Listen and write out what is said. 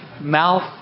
mouth